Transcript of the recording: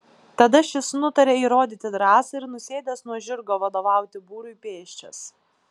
tada šis nutaria įrodyti drąsą ir nusėdęs nuo žirgo vadovauti būriui pėsčias